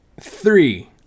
three